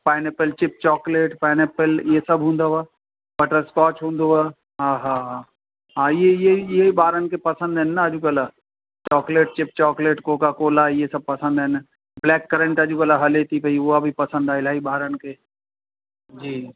pineapple chip chocolate pineapple इहे सभु हूंदव बटरस्कॉच हूंदुव हा हा हा इहे ई इहे ई इहे ई ॿारनि खे पसंदि आहिनि न अॼुकल्ह चॉक्लेट चिप चॉक्लेट कोकोकोला इहे सभु पसंदि आहिनि ब्लैक करंट अॼुकल्ह हले थी पेई उहा बि पसंदि आहे इलाही ॿारनि खे जी